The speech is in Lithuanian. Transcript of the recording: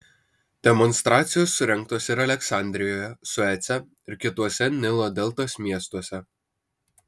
demonstracijos surengtos ir aleksandrijoje suece ir kituose nilo deltos miestuose